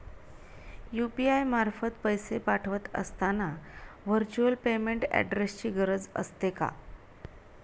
UPI मार्फत पैसे पाठवत असताना व्हर्च्युअल पेमेंट ऍड्रेसची गरज असते का?